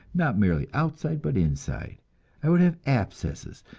not merely outside but inside i would have abscesses,